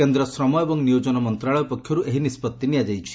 କେନ୍ଦ ଶ୍ରମ ଏବଂ ନିୟୋଜନ ମନ୍ତଶାଳୟ ପକ୍ଷରୁ ଏହି ନିଷ୍ବଉି ନିଆଯାଇଛି